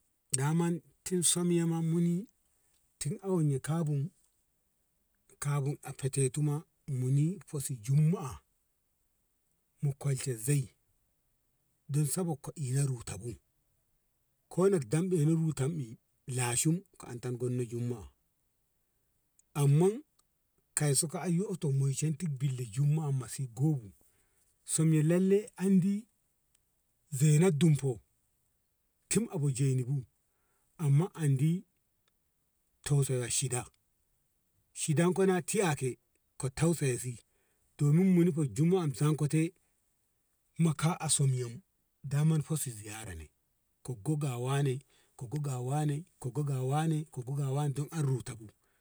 Daman tin somya ma muni tun awan ye kaban kabun a feteti ma muni fesi jumma`a mu kolsha zei don sabok ko ina ruta bu ko na damde na ruta i lashim ka anta gonna jumma`a amman kaiso ka aiyoto menshenti billa jummaa masi gobu somyya lalle andi zena dunfo tin abu jeni bu amma andi tosa rashida shidanku na tiyyake ko tausayya si domin munafa jumma`a mu tankwate ma ka a samwam daman fasa ziyyara ne koggo ga wane koggo ga wane koggo ga wane koggo ga wane don anru tabu.